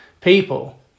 people